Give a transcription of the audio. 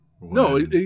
No